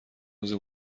روز